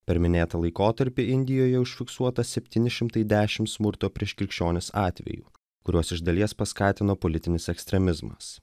per minėtą laikotarpį indijoje užfiksuota septyni šimtai dešim smurto prieš krikščionis atvejų kuriuos iš dalies paskatino politinis ekstremizmas